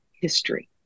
history